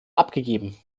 abgegeben